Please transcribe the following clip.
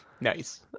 nice